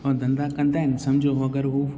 ऐं धंधा कंदा आहिनि सम्झो अगरि हो